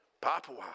Papua